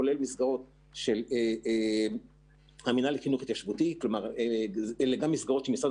כולל מסגרות של המינהל לחינוך התיישבותי שאלו מסגרות שמשרד